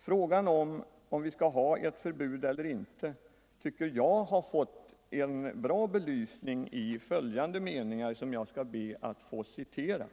Frågan, huruvida vi skall ha ett förbud eller inte, tycker jag har fått en bra belysning i följande meningar, som jag skall be att få citera: